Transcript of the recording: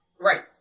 Right